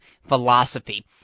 philosophy